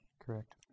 correct